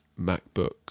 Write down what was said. MacBook